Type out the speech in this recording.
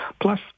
Plus